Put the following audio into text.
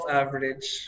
average